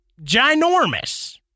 ginormous